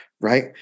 right